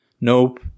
Nope